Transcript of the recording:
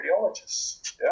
radiologists